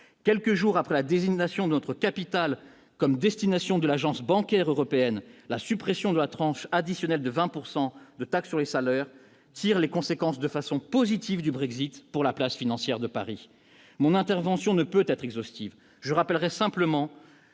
quelques jours après la désignation d'notre capitales comme destination de l'agence bancaire européenne, la suppression de la tranche additionnelle de 20 pourcent de taxe sur les salaires, tire les conséquences de façon positive du Brexit pour la place financière de Paris, mon intervention ne peut être exhaustif, je rappellerai simplement